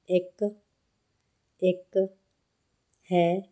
ਇੱਕ ਇੱਕ ਹੈ